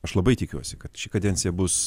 aš labai tikiuosi kad ši kadencija bus